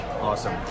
awesome